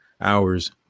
hours